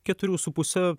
keturių su puse